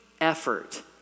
effort